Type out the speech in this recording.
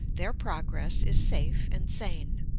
their progress is safe and sane.